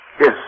Yes